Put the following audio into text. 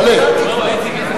הודעתי כבר.